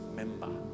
member